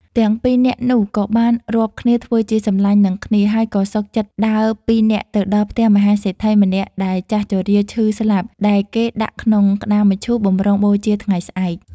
ទាំងពីរនាក់នោះក៏បានរាប់គ្នាធ្ចើជាសម្លាញ់នឹងគ្នា ហើយក៏សុខចិត្ដដើរពីនាក់ទៅដល់ផ្ទះមហាសេដ្ឋីម្នាក់ដែលចាស់ជរាឈឺស្លាប់ដែលគេដាក់ក្នុងក្ដារមឈូសបំរុងបូជាថ្ងៃស្អែក។